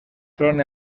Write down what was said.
són